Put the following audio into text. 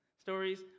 stories